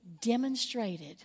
demonstrated